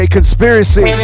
Conspiracy